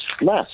less